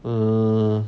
mm